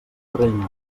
rei